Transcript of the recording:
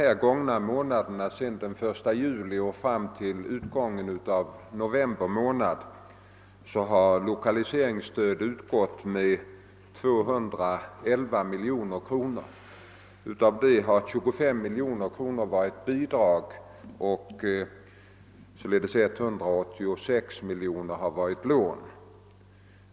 Jag kan nämna att sedan 1 juli i år och fram till utgången av november månad har lokaliseringsstöd utgått med 211 miljoner kronor. Av detta belopp har 25 miljoner kronor utgjorts av bidrag och 186 miljoner kronor av lån.